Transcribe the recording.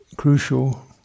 crucial